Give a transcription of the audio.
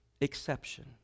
exception